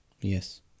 Yes